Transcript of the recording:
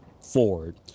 forward